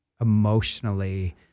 Emotionally